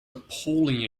appalling